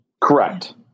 Correct